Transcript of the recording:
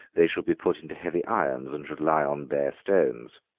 they should be put into heavy irons and should lie on bare stones.